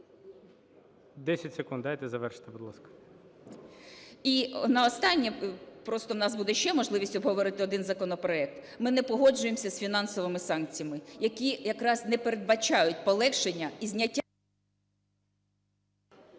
10 секунд дайте завершити, будь ласка. ЮЖАНІНА Н.П. І наостаннє, просто у нас буде ще можливість обговорити один законопроект, ми не погоджуємося з фінансовими санкціями, які якраз не передбачають полегшення і зняття…